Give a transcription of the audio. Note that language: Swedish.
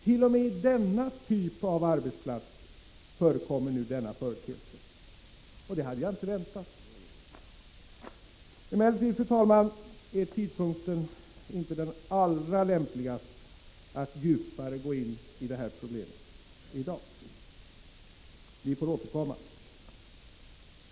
T. o. m. på denna typ av arbetsplats förekommer nu denna företeelse. Det hade jag inte väntat. Tidpunkten är emellertid inte, fru talman, den allra lämpligaste att djupare gå in i detta problem i dag. Vi får återkomma.